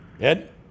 Ed